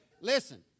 Listen